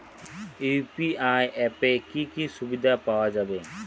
UPI অ্যাপে কি কি সুবিধা পাওয়া যাবে?